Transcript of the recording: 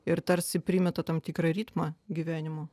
ir tarsi primeta tam tikrą ritmą gyvenimo